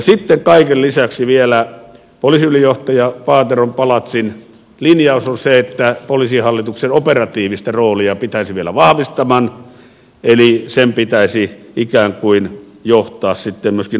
sitten kaiken lisäksi vielä poliisiylijohtaja paateron palatsin linjaus on se että poliisihallituksen operatiivista roolia pitäisi vielä vahvistaman eli pitäisi ikään kuin johtaa myöskin operatiivisemmin